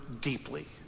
deeply